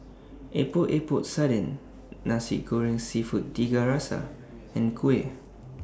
Epok Epok Sardin Nasi Goreng Seafood Tiga Rasa and Kuih